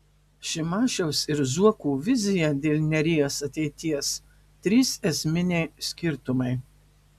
šimašiaus ir zuoko vizija dėl neries ateities trys esminiai skirtumai